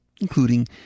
Including